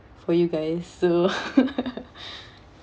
for you guys so